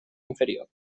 inferior